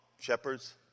shepherds